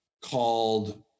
called